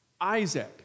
Isaac